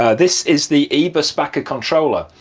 ah this is the eberspacher controller.